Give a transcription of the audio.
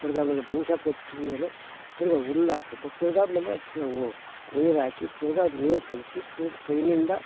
ತಿರ್ಗಿ ಆಮೇಲೆ ಬೂಸಾ ಕೊಟ್ರೆ ಮೇಲೆ ತಿರ್ಗಿ ಹುಲ್ಲು ಹಾಕ್ಬೇಕು ತಿರ್ಗಿ ಆಮೇಲೆ ನೀರಾಕಿ ತಿರ್ಗಿ ಅದು ನೀರು ಕಲಸಿ ತಿರ್ಗಿ ಕೈಯಿಂದ